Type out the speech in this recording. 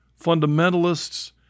fundamentalists